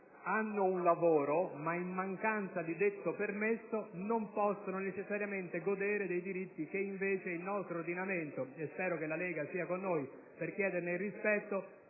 hanno un lavoro ma, in mancanza di detto permesso, non possono necessariamente godere dei diritti che, invece, il nostro ordinamento - e spero che la Lega sia con noi per chiederne il rispetto